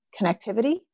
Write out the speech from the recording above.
connectivity